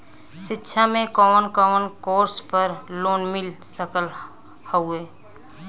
शिक्षा मे कवन कवन कोर्स पर लोन मिल सकत हउवे?